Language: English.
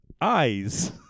Eyes